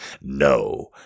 No